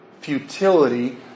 futility